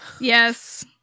Yes